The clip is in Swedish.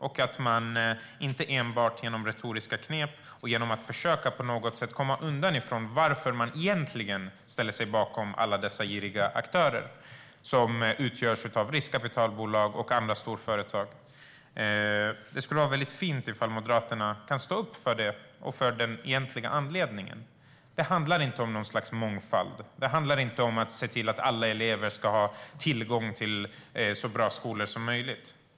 Man ska inte enbart med hjälp av retoriska knep på något sätt försöka komma undan varför man egentligen ställer sig bakom alla dessa giriga aktörer som utgörs av riskkapitalbolag och andra storföretag. Det skulle vara fint om Moderaterna kunde stå upp för den egentliga anledningen. Det handlar inte om något slags mångfald. Det handlar inte om att se till att alla elever har tillgång till så bra skolor som möjligt.